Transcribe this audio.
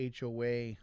HOA